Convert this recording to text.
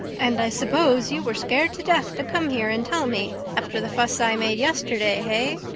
and i suppose you were scared to death to come here and tell me, after the fuss i made yesterday, hey?